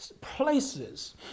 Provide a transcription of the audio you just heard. places